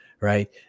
Right